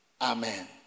Amen